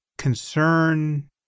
concern